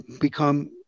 become